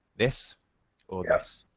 this or yeah this.